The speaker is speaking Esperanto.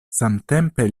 samtempe